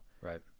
Right